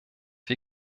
wir